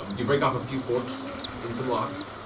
um you break off a few forks in some locks.